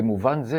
במובן זה,